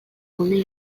gune